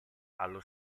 allo